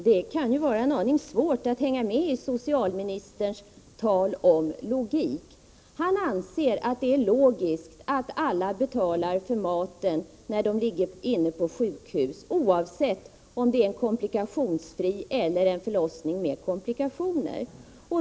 Herr talman! Det kan vara en aning svårt att hänga med i socialministerns tal om logik. Han anser att det är logiskt att alla betalar för maten när de ligger på sjukhus, oavsett om det är fråga om en komplikationsfri förlossning eller en förlossning med komplikationer.